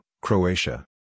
Croatia